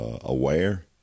aware